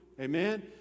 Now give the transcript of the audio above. amen